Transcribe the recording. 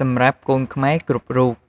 សម្រាប់កូនខ្មែរគ្រប់រូប។